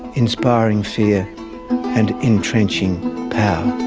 inspiring fear and entrenching power.